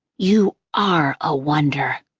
you are a wonder.